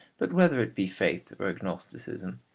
but whether it be faith or agnosticism,